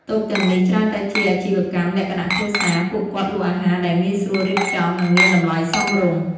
តូបទាំងនេះច្រើនតែជាអាជីវកម្មលក្ខណៈគ្រួសារ។ ពួកគាត់លក់អាហារដែលងាយស្រួលរៀបចំ និងមានតម្លៃសមរម្យ។